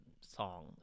song